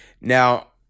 Now